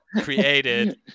created